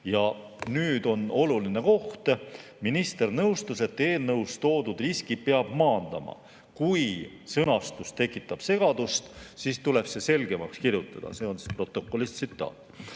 nüüd on oluline koht. Minister nõustus, et eelnõus toodud riskid peab maandama. Kui sõnastus tekitab segadust, siis tuleb see selgemaks kirjutada. See on tsitaat protokollist.